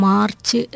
March